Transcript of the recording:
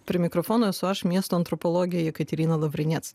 per mikrofono esu aš miesto antropologė jekaterina lavrinec